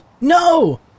no